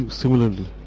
similarly